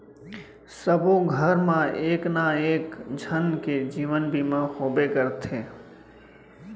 सबो घर मा एक ना एक झन के जीवन बीमा होबे करथे